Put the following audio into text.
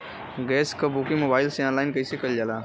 Gas क booking mobile से online कईसे कईल जाला?